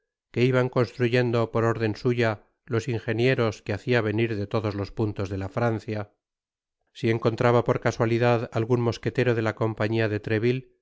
que iban construyendo por órden suya los injenieros que hacia venir ele todos los puntos de la francia si encontraba por casualidad algun mosquetero de la compañia de treville